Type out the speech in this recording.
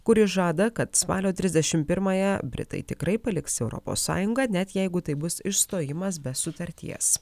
kuri žada kad spalio trisdešim pirmąją britai tikrai paliks europos sąjungą net jeigu tai bus išstojimas be sutarties